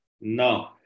No